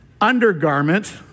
undergarment